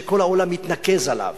שכל העולם יתנקז אליו,